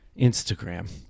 Instagram